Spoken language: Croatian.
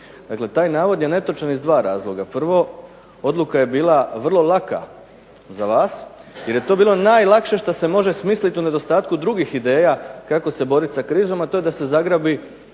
Dakle, taj navod je netočan iz dva razloga. Prvo, odluka je bila vrlo laka za vas jer je to bilo najlakše što se može smislit u nedostatku drugih ideja kako se borit sa krizom, a to je da se zagrabi